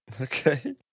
Okay